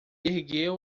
ergueu